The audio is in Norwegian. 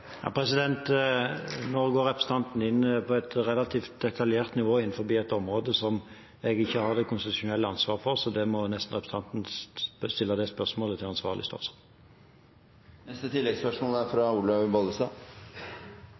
Nå går representanten inn på et relativt detaljert nivå innen et område som jeg ikke har det konstitusjonelle ansvar for, så representanten må nesten stille det spørsmålet til ansvarlig statsråd.